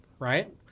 Right